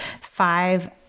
five